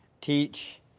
teach